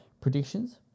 predictions